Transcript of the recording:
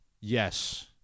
Yes